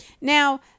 Now